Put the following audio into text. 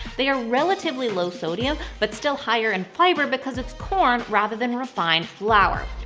they are relatively low-sodium, but still higher in fiber because it's corn rather than refined flour.